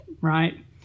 right